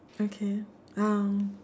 okay oh